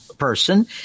person